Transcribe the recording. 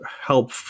help